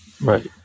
Right